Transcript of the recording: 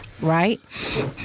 Right